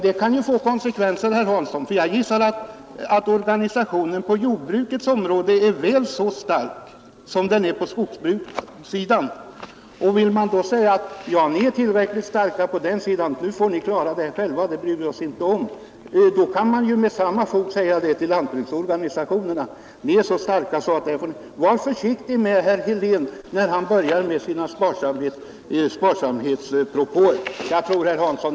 Det kan få konsekvenser, herr Hansson. Jag gissar att organisationen på jordbrukets område är väl så stark som den på skogsbrukssidan. Och säger man till skogsbruket: ”Ni är tillräckligt starka, så nu får ni klara det här själva; vi bryr oss inte om det” — då kan man med lika stort fog säga detsamma till lantbruksorganisationerna. Var försiktig med herr Helén, när han börjar med sina sparsamhetspropåer!